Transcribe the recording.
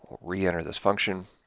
re-enter this function.